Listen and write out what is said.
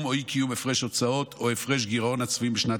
קיום או אי-קיום הפרש הוצאות או הפרש גירעון הצפויים בשנת